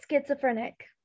Schizophrenic